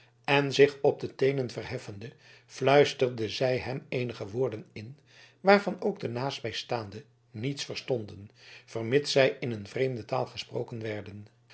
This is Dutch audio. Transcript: en zich op de teenen verheffende fluisterde zij hem eenige woorden in waarvan ook de naastbijstaanden niets verstonden vermits zij in een vreemde taal gesproken werden